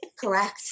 correct